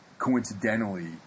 Coincidentally